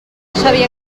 sabia